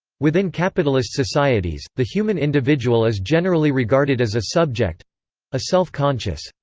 within capitalist societies, the human individual is generally regarded as a subject a self-conscious,